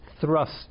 thrust